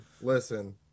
listen